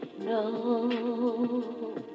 no